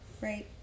Right